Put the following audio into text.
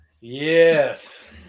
Yes